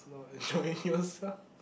it's about enjoying yourself